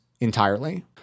entirely